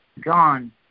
gone